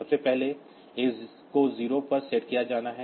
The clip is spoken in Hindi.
सबसे पहले इस A को 0 पर सेट किया जाना है